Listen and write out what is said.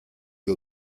you